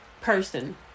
person